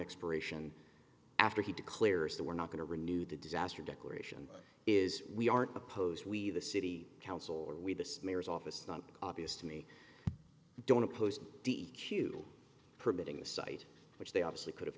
expiration after he declares that we're not going to renew the disaster declaration is we aren't oppose we the city council or we this mayor's office not obvious to me don't oppose d e q permitting the site which they obviously could have